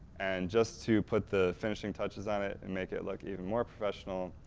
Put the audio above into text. and just to put the finishing touches on it, and make it look even more professional,